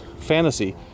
fantasy